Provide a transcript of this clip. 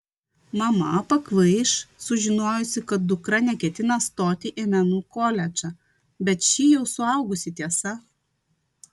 mama pakvaiš sužinojusi kad dukra neketina stoti į menų koledžą bet ši jau suaugusi tiesa